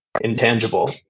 intangible